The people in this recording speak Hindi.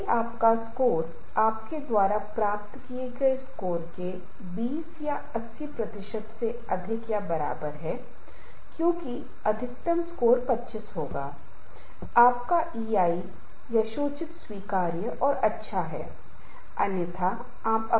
किसी भी संघर्ष में दो चीजें बहुत महत्वपूर्ण हैं एक समूह में दो चीजें बहुत महत्वपूर्ण हैं जिन्हें हमारे संचार व्यवहार और दूसरों के साथ संबंध कहा जाता है जीवन संबंध वास्तव में बहुत मायने रखता है और हमें अपने रिश्ते को बनाए रखने और आगे बढ़ाने की कोशिश करनी चाहिए